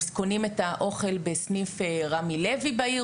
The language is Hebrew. הם קונים את האוכל בסניף רמי לוי בעיר,